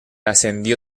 ascendió